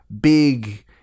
big